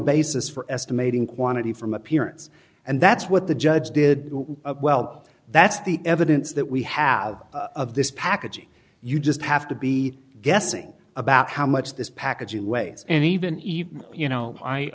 basis for estimating quantity from appearance and that's what the judge did well that's the evidence that we have of this package you just have to be guessing about how much this package it weighs and even